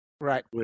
Right